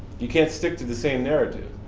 you can't stick to the same narrative.